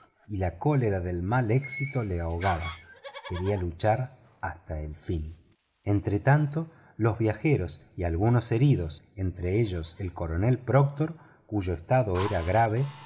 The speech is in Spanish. y la cólera del mal éxito lo ahogaba quería luchar hasta el fin entretanto los viajeros y algunos heridos entre ellos el coronel proctor cuyo estado era grave